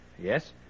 Yes